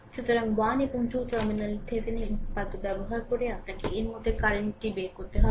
সুতরাং এটি 1 এবং 2 টার্মিনাল Thevenin উপপাদ ব্যবহার করে আপনাকে এর মাধ্যমে কারেন্ট টি বের করতে হবে